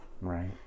Right